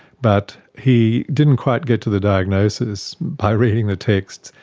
but he didn't quite get to the diagnosis by reading the text.